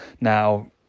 Now